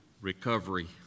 recovery